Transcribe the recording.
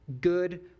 good